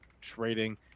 trading